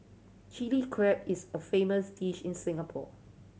Chilli Crab is a famous dish in Singapore